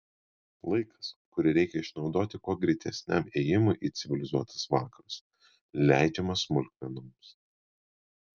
laikas kurį reikia išnaudoti kuo greitesniam ėjimui į civilizuotus vakarus leidžiamas smulkmenoms